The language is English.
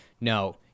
No